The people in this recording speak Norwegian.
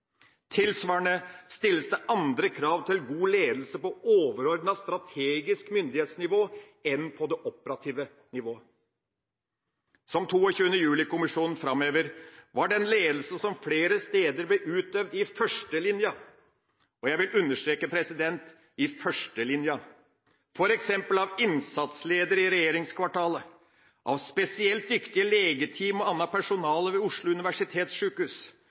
Tilsvarende stilles det andre krav til god ledelse på overordnet, strategisk myndighetsnivå enn på det operative nivået.» Som 22. juli-kommisjonen framhever, var den ledelse og den innsats som ble utøvd i førstelinja – og jeg vil understreke, i førstelinja – flere steder, f.eks. av innsatsledere i regjeringskvartalet, av spesielt dyktige legeteam og annet personale ved Oslo